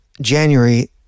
January